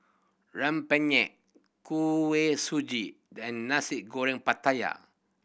rempeyek Kuih Suji and Nasi Goreng Pattaya